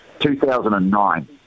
2009